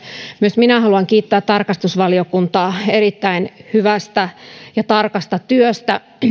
myös minä haluan kiittää tarkastusvaliokuntaa erittäin hyvästä ja tarkasta työstä